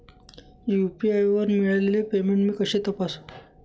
UPI वर मिळालेले payment मी कसे तपासू?